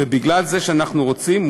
ומכיוון שאנחנו רוצים,